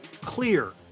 clear